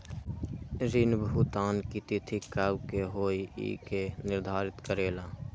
ऋण भुगतान की तिथि कव के होई इ के निर्धारित करेला?